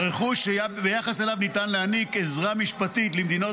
הרכוש שביחס אליו ניתן להעניק עזרה משפטית למדינות